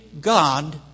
God